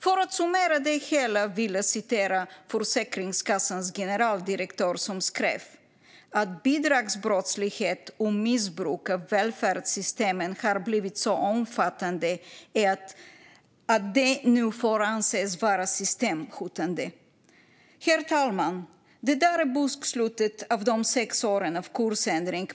För att summera det hela vill jag citera Försäkringskassans generaldirektör som skrev att "bidragsbrottslighet och missbruk av välfärdssystemen blivit så omfattande att det nu får anses vara systemhotande". Herr talman! Detta är bokslutet av regeringens sex år av kursändring.